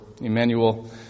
Emmanuel